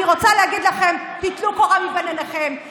אני רוצה להגיד לכם: טלו קורה מבין עיניכם.